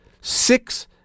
Six